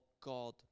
God